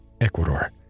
Ecuador